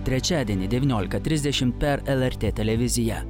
trečiadienį devyniolika trisdešimt per lrt televiziją